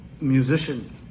musician